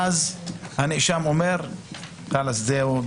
ואז הנאשם אומר: זהו,